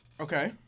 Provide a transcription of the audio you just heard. Okay